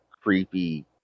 creepy